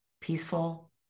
peaceful